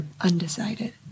Undecided